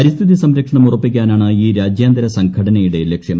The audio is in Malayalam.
പരിസ്ഥിതി സംരക്ഷണം ഉറപ്പിക്കാനാണ് ഈ രാജ്യാന്തര സംഘടനയുടെ ലക്ഷ്യം